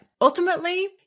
Ultimately